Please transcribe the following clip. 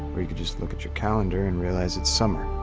or you could just look at your calendar and realize it's summer.